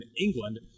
England